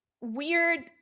weird